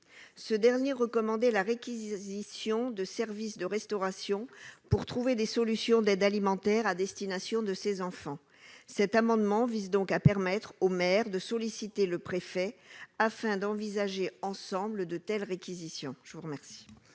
jour. Il recommande la réquisition de services de restauration pour trouver des solutions d'aide alimentaire à destination de ces enfants. Cet amendement vise donc à permettre aux maires de solliciter le préfet pour envisager de telles réquisitions. Quel